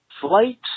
Flight